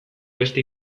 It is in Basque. beste